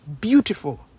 Beautiful